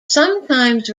sometimes